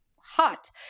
hot